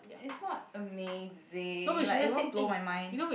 is not amazing like it won't blow my mind